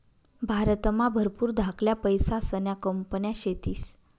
भारतमा भरपूर धाकल्या पैसासन्या कंपन्या शेतीस